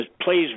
plays